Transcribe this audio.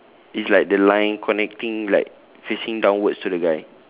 it's like the line connecting like facing downwards to the guy